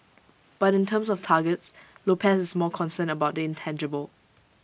but in terms of targets Lopez is more concerned about the intangible